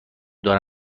دونم